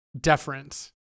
deference